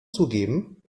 zugeben